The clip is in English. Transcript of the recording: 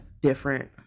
different